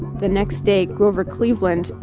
the next day, grover cleveland,